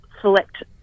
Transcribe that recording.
select